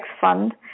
fund